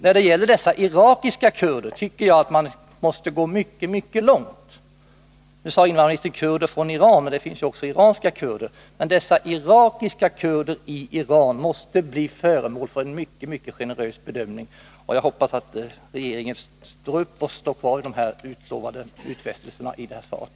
När det gäller dessa irakiska kurder tycker jag att man måste gå mycket långt. Nu sade invandrarministern kurder från Iran, men det finns ju också irakiska kurder. Dessa irakiska kurder i Iran måste bli föremål för en mycket generös bedömning. Jag hoppas att regeringen står fast vid utfästelsen på denna punkt.